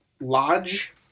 Lodge